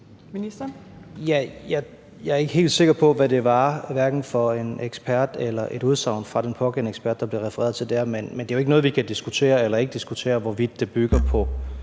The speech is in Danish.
Jeg er ikke helt sikker på, hvad det var for en ekspert eller udsagn fra den pågældende ekspert, der blev refereret til der. Men det er jo ikke noget, vi kan diskutere eller ikke diskutere, altså hvorvidt det bygger på